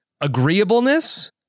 agreeableness